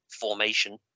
formation